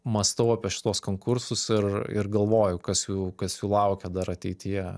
mąstau apie šituos konkursus ir ir galvoju kas jų kas jų laukia dar ateityje